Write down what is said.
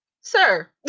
sir